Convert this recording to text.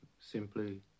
simply